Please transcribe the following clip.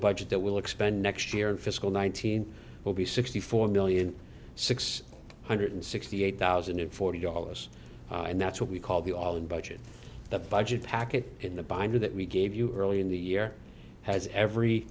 budget that will expend next year in fiscal nineteen will be sixty four million six hundred sixty eight thousand and forty dollars and that's what we call the all in budget the budget package in the binder that we gave you earlier in the year has every